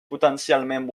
potencialment